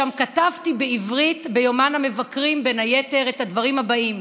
ושם כתבתי בעברית ביומן המבקרים בין היתר את הדברים האלה: